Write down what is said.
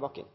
om det er